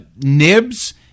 Nibs